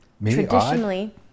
Traditionally